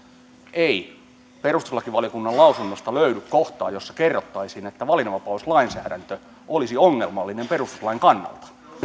ei perustuslakivaliokunnan lausunnosta löydy kohtaa jossa kerrottaisiin että valinnanvapauslainsäädäntö olisi ongelmallinen perustuslain kannalta